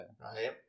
right